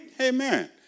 Amen